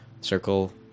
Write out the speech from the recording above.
circle